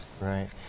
right